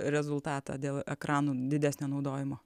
rezultatą dėl ekranų didesnio naudojimo